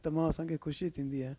ऐं तमामु असांखे ख़ुशी थींदी आहे